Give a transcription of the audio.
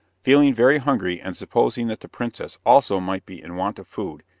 feeling very hungry, and supposing that the princess also might be in want of food,